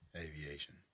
Aviation